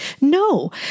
No